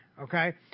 Okay